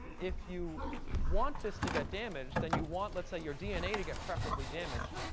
if you want this to get damaged, then you want let's say, your dna to get preferably damaged,